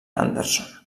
anderson